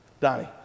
Donnie